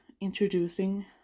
introducing